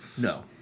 No